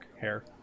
hair